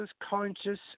conscious